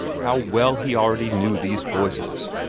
how well he already knew these voices!